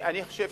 אני חושב